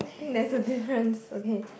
think that's the differences okay